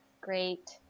great